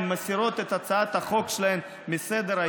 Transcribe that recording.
הן מסירות את הצעת החוק שלהן מסדר-היום